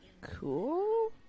Cool